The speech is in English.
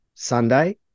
Sunday